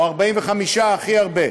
או 45 יום הכי הרבה,